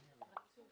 הוועדה.